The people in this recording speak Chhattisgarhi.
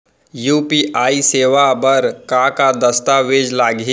यू.पी.आई सेवा बर का का दस्तावेज लागही?